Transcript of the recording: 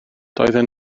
doedden